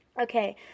Okay